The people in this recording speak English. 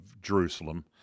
Jerusalem